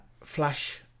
Flash